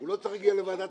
הוא לא צריך להגיע לוועדה,